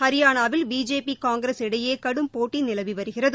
ஹரியானாவில் பிஜேபி காங்கிரஸ் இடையே கடும் போட்டி நிலவி வருகிறது